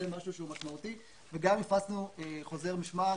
זה משהו שהוא משמעותי גם הפצנו חוזר משמעת